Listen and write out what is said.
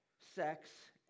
sex